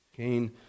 Cain